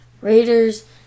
Raiders